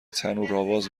تنورآواز